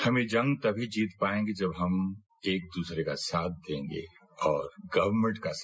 हम ये जंग तभी जीत पाएंगे जब हम एक दूसरे का साथ देंगे और गर्वमेंट का साथ